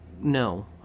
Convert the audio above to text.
no